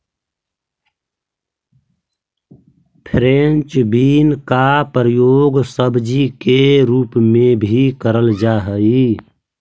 French bean का प्रयोग सब्जी के रूप में भी करल जा हई